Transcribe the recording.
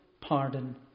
Pardon